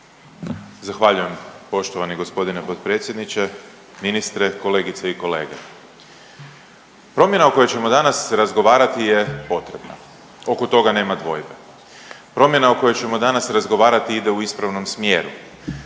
Zahvaljujem poštovani g. potpredsjedniče, ministre, kolegice i kolege. Promjena o kojoj ćemo danas razgovarati je potrebna, oko toga nema dvojbe, promjena o kojoj ćemo danas razgovarati ide u ispravnom smjeru,